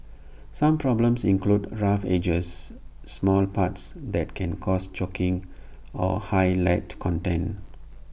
some problems include rough edges small parts that can cause choking or high lead content